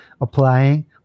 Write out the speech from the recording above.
applying